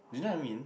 do you know I mean